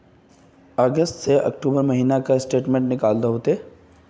अगस्त से अक्टूबर महीना का स्टेटमेंट निकाल दहु ते?